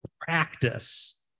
practice